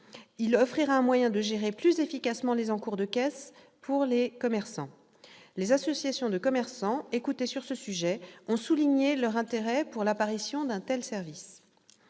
Il offrira un moyen de gérer plus efficacement les encours en caisse pour les commerçants. Les associations de commerçants écoutées sur ce sujet ont souligné leur intérêt pour l'apparition d'un tel service.